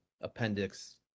appendix